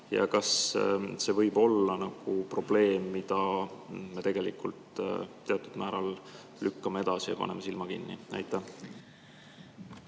Ja kas see võib olla probleem, mida me tegelikult teatud määral lükkame edasi ja paneme silma kinni? Aitäh